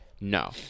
no